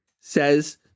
says